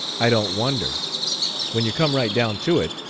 i don't wonder when you come right down to it,